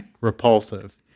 repulsive